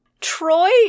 Troy